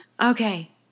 okay